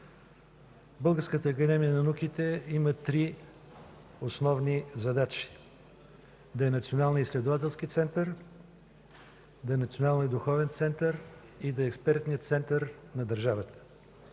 Българската академия на науките има три основни задачи: да е национален изследователски център, да е национален и духовен център, и да е експертният център на държавата.